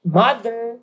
mother